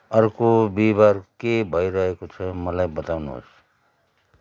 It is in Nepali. अर्को बिहिवार के भइरहेको छ मलाई बताउनुहोस्